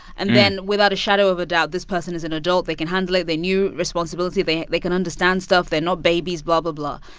and then without a shadow of a doubt, this person is an adult. they can handle it. they knew responsibility. they they can understand stuff. they're not babies, blah, blah, blah.